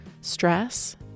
stress